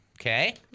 okay